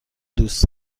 دوست